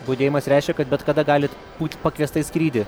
budėjimas reiškia kad bet kada galit būti pakviesta į skrydį